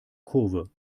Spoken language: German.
kurve